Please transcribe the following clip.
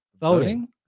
Voting